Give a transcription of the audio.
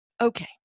okay